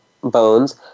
bones